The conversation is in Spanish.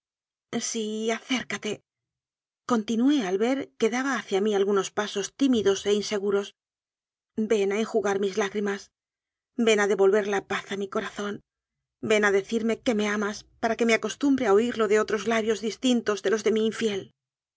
sí acércatecontinué al ver que daba hacia mí algunos pasos tímidos e inseguros ven a enju gar mis lágrimas ven a devolver la paz a mi co razón ven a decirme que me amas para que me acostumbre a oirlo de otros labios distintos de los de mi infiel